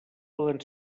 poden